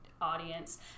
audience